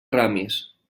ramis